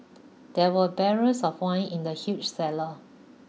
there were barrels of wine in the huge cellar